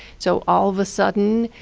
so all of a sudden,